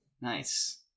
Nice